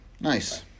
Nice